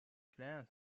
clients